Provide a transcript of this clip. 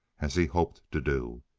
as he hoped to do.